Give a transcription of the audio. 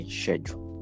schedule